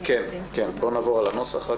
בואו נעבור על הנוסח.